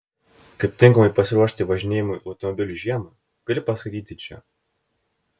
kaip tinkamai pasiruošti važinėjimui automobiliu žiemą gali paskaityti čia